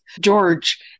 George